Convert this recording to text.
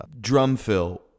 DRUMFILL